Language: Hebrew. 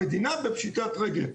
המדינה בפשיטת רגל.